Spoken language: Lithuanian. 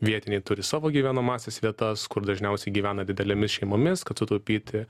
vietiniai turi savo gyvenamąsias vietas kur dažniausiai gyvena didelėmis šeimomis kad sutaupyti